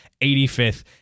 85th